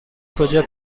کجا